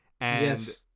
Yes